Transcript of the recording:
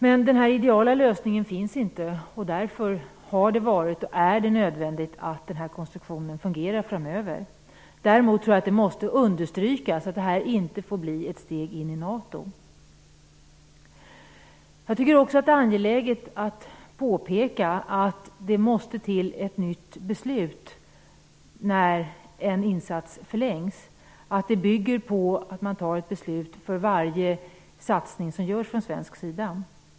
Men den ideala lösningen finns inte och därför har det varit och är det nödvändigt att den här konstruktionen fungerar framöver. Däremot tror jag att det måste understrykas att det här inte får bli ett steg in i NATO. Jag tycker också att det är angeläget att påpeka att det måste till ett nytt beslut när en insats förlängs och att det bygger på att man tar ett beslut för varje satsning som görs från svensk sida.